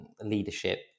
leadership